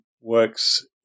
works